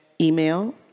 email